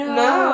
no